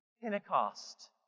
Pentecost